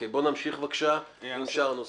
בואו נמשיך בבקשה עם שאר הנושאים.